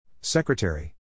Secretary